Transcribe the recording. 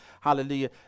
hallelujah